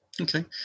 okay